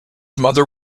mother